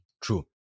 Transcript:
True